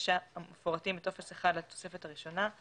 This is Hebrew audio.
בבקשה המפורטים בטופס 1 בתוספת הראשונה,